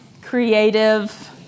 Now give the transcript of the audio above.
creative